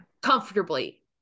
comfortably